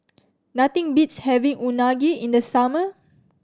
nothing beats having Unagi in the summer